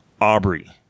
Aubrey